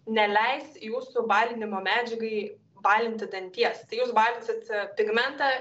neleis jūsų balinimo medžiagai balinti danties tai jūs balinsit pigmentą